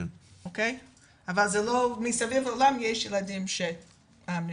אבל מסביב לעולם יש ילדים שנפטרו.